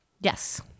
Yes